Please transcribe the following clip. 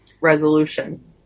resolution